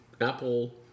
Apple